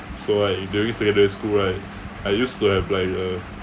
so like during secondary school right I used to have like a